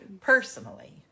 Personally